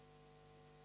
Hvala.